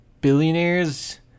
billionaires